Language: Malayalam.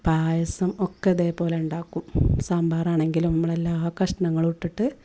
പായസം ഒക്കെ ഇതേപോലെ ഉണ്ടാക്കും സാമ്പാറാണെങ്കിലും നമ്മളെല്ലാ ആ കഷ്ണങ്ങളും ഇട്ടിട്ട്